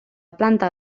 planta